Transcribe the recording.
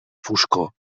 foscor